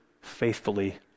faithfully